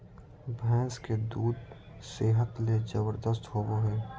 भैंस के दूध सेहत ले जबरदस्त होबय हइ